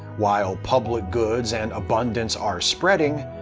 while public goods and abundance are spreading,